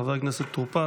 חבר הכנסת טור פז,